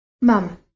Mum